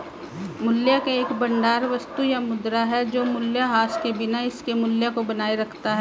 मूल्य का एक भंडार वस्तु या मुद्रा है जो मूल्यह्रास के बिना इसके मूल्य को बनाए रखता है